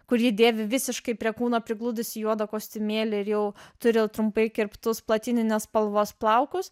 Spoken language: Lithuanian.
kur ji dėvi visiškai prie kūno prigludusį juodą kostiumėlį ir jau turėjo trumpai kirptus platininės spalvos plaukus